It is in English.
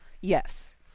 Yes